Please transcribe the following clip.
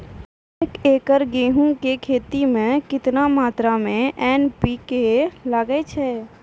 एक एकरऽ गेहूँ के खेती मे केतना मात्रा मे एन.पी.के लगे छै?